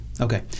Okay